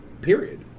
period